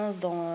dans